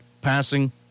passing